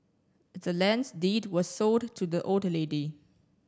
the land's deed was sold to the old lady